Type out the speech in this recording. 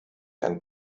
ein